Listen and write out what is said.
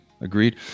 agreed